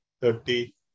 thirty